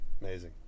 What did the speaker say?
amazing